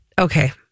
Okay